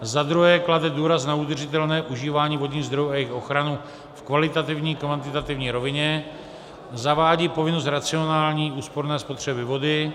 Za druhé, klade důraz na udržitelné užívání vodních zdrojů a jejich ochranu v kvalitativní i kvantitativní rovině, zavádí povinnost racionální úsporné spotřeby vody.